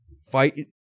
Fight